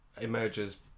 emerges